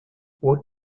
what